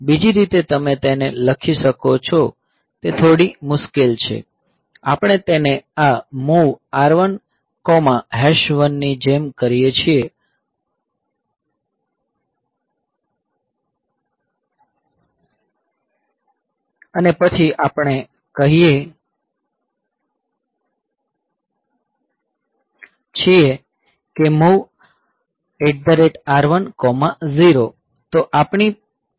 બીજી રીતે તમે તેને લખી શકો છો તે થોડી મુશ્કેલ છે આપણે તેને આ MOV R11 ની જેમ કરીએ છીએ અને પછી આપણે કહીએ છીએ કે MOV R10 તો આપણે શું કરી રહ્યા છીએ